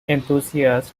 enthusiasts